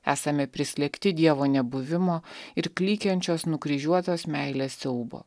esame prislėgti dievo nebuvimo ir klykiančios nukryžiuotos meilės siaubo